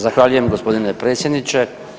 Zahvaljujem gospodine predsjedniče.